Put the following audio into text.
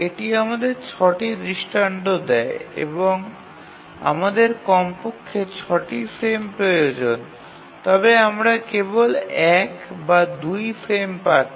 এটি আমাদের ৬টি দৃষ্টান্ত দেয় এবং আমাদের কমপক্ষে ৬টি ফ্রেম প্রয়োজন তবে আমরা কেবল ১ বা ২ ফ্রেম পাচ্ছি